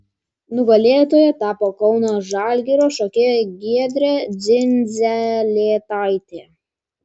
nugalėtoja tapo kauno žalgirio šokėja giedrė dzindzelėtaitė